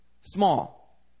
small